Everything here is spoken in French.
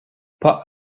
pas